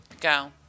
Go